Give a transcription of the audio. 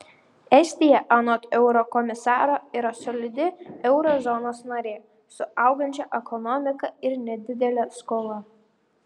estija anot eurokomisaro yra solidi euro zonos narė su augančia ekonomika ir nedidele skola